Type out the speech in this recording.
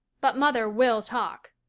but mother will talk.